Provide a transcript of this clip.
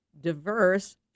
diverse